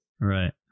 Right